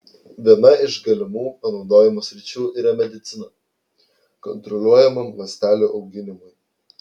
viena iš galimų panaudojimo sričių yra medicina kontroliuojamam ląstelių auginimui